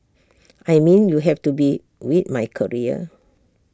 I mean you have to be with my career